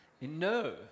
No